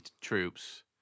troops